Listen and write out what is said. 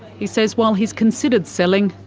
he says while he's considered selling,